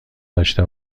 داشته